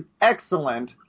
excellent